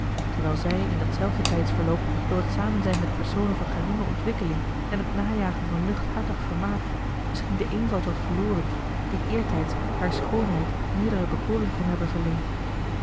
terwijl zij in dat zelfde tijdsverloop door het samenzijn met personen van geringe ontwikkeling en het najagen van luchthartig vermaak misschien den eenvoud had verloren die eertijds hare schoonheid meerdere bekoring kon hebben verleend